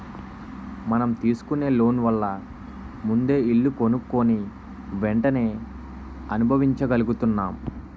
మనం తీసుకునే లోన్ వల్ల ముందే ఇల్లు కొనుక్కుని వెంటనే అనుభవించగలుగుతున్నాం